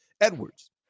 Edwards